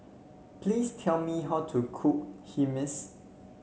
please tell me how to cook Hummus